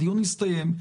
הדיון הסתיים,